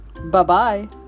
Bye-bye